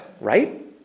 right